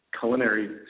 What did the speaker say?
culinary